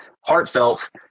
heartfelt